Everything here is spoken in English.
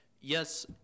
yes